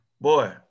Boy